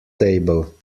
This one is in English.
table